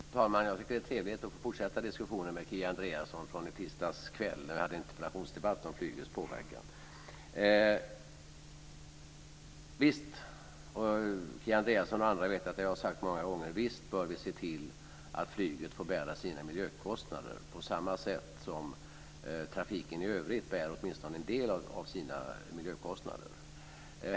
Fru talman! Jag tycker att det är trevligt att få fortsätta diskussionen med Kia Andreasson från i tisdags kväll, då vi hade en interpellationsdebatt om flygtrafikens påverkan. Kia Andreasson och andra vet att jag många gånger har sagt: Visst bör vi se till att flygtrafiken får bära sina miljökostnader på samma sätt som trafiken i övrigt åtminstone bär en del av sina miljökostnader.